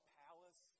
palace